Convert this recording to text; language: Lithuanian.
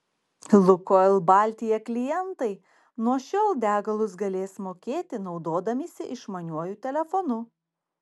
lukoil baltija klientai nuo šiol degalus galės mokėti naudodamiesi išmaniuoju telefonu